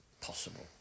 possible